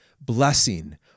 blessing